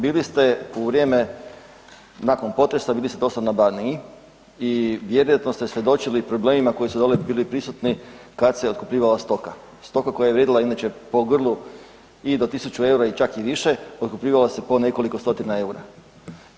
Bili ste u vrijeme nakon potresa, bili ste dosta na Baniji i vjerojatno ste svjedočili problemima koji su dole bili prisutni kad se otkupljivala stoka, stoka koja je vrijedila inače po grlu i do 1.000 EUR-a i čak i više otkupljivala se po nekoliko stotina EUR-a.